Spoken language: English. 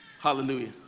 Hallelujah